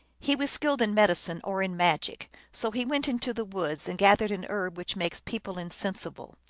he was skilled in medicine, or in magic, so he went into the woods and gathered an herb which makes people insensible.